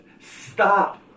stop